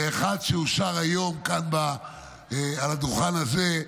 ואחד, שאושר היום כאן על הדוכן הזה,